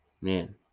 man